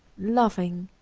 loving,